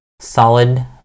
Solid